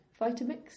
Vitamix